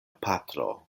patro